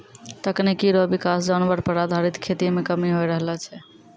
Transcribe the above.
तकनीकी रो विकास जानवर पर आधारित खेती मे कमी होय रहलो छै